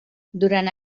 durant